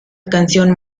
canción